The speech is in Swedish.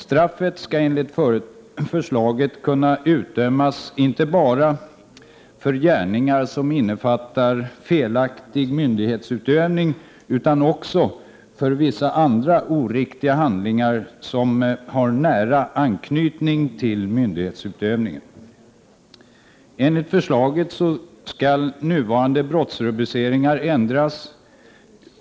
Enligt förslaget skall straff kunna utdömas, inte bara för gärningar som innefattar felaktig myndighetsutövning, utan också för vissa andra oriktiga handlingar som har nära anknytning till myndighetsutövning. Enligt förslaget skall nuvarande brottsrubriceringar ändras.